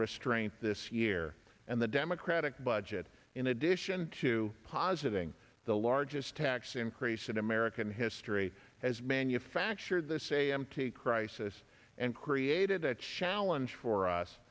restraint this year and the democratic budget in addition to positing the largest tax increase in american history has manufactured this a m t crisis and created a challenge for us